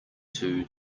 two